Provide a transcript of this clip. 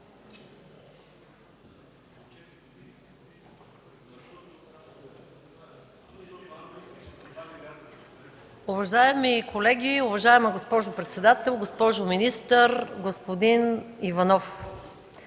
Уважаеми колеги, уважаема госпожо председател, госпожо министър, господин Иванов!